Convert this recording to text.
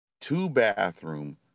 two-bathroom